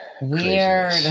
Weird